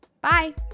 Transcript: Bye